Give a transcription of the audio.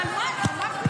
על מה להצביע?